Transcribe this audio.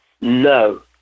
No